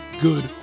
good